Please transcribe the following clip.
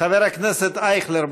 חבר הכנסת אייכלר.